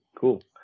Cool